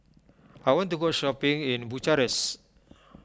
I want to go shopping in Bucharest